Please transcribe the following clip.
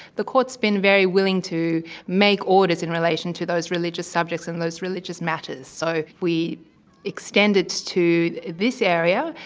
the court has been very willing to make orders in relation to those religious subjects and those religious matters. so we extend it to this area.